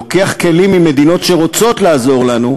לוקח כלים ממדינות שרוצות לעזור לנו,